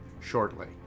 shortly